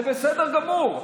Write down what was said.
זה בסדר גמור.